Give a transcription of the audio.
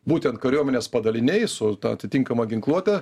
būtent kariuomenės padaliniai su atitinkama ginkluote